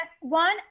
one